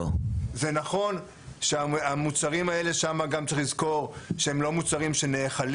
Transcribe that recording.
צריך לזכור שהמוצרים האלה שם הם לא מוצרים שנאכלים.